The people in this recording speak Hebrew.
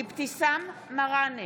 אבתיסאם מראענה,